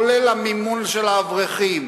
כולל המימון של האברכים,